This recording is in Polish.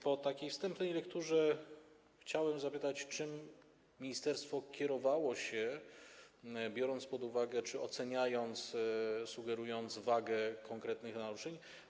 Po takiej wstępnej lekturze chciałem zapytać: Czym ministerstwo kierowało się, biorąc pod uwagę czy oceniając, sugerując wagę konkretnych naruszeń?